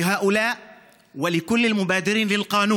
(אומר בערבית: ולאלו ולכל יוזמי החוק הגזענים